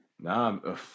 Nah